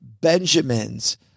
Benjamins